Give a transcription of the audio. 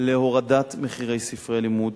להורדת מחירי ספרי לימוד.